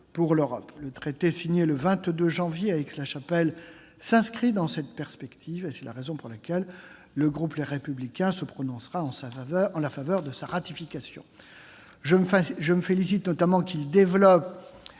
pour l'Europe. Le traité signé le 22 janvier à Aix-la-Chapelle s'inscrit dans cette perspective. C'est la raison pour laquelle le groupe Les Républicains se prononcera en faveur de sa ratification. Je me félicite notamment de ce